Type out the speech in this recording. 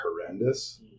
horrendous